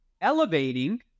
elevating